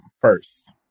first